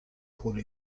alguna